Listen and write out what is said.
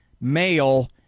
male